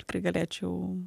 tikrai galėčiau